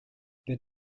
their